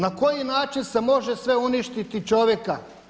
Na koji način se može sve uništiti čovjeka?